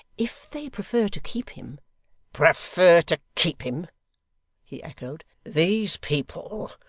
if they prefer to keep him prefer to keep him he echoed. these people,